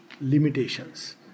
limitations